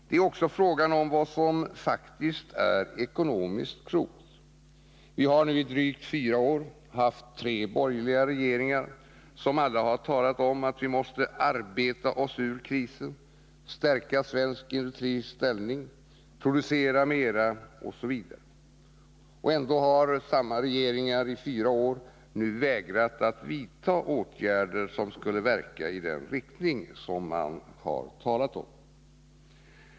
Det är också frågan om vad som faktiskt är ekonomiskt klokt. Vi har nu i drygt fyra år haft tre borgerliga regeringar som alla har talat om att vi måste arbeta oss ur krisen, stärka svensk industris ställning, producera mer osv. Ändå har samma regeringar i fyra år nu vägrat att vidta åtgärder som skulle verka i den riktning man talar om.